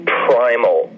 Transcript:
primal